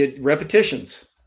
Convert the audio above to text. Repetitions